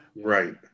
Right